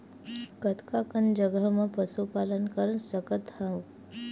कतका कन जगह म पशु पालन कर सकत हव?